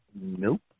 Nope